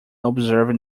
observing